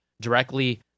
directly